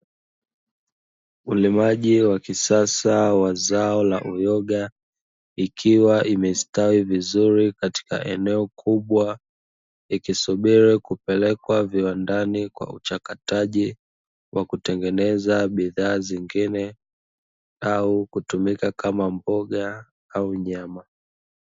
Ulimaji wa kisasa wa zao la uyoga, ikiwa imestawi vizuri katika eneo kubwa, ikisubiri kupelekwa viwandani kwa uchakataji, wa kutengeneza bidhaa zingine au kutumika kama mboga au nyama.